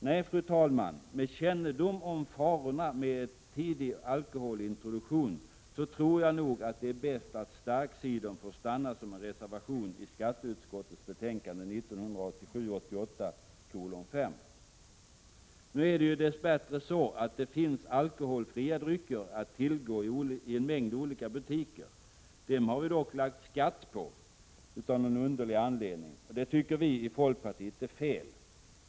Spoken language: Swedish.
Nej, fru talman, med kännedom om farorna med en tidig alkoholintroduktion tror jag det är bäst att ”starkcidern” får stanna som en reservation i skatteutskottets betänkande 1987/88:5. Nu finns det dessbättre alkoholfria drycker att tillgå i en mängd olika butiker. Dessa drycker har vi dock av någon underlig anledning lagt skatt på. Det tycker vi i folkpartiet är fel.